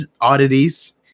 oddities